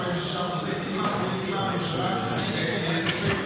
אנחנו רואים עכשיו עלייה של 6%; האם הממשלה סופגת,